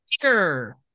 Sure